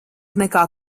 nekā